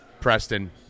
Preston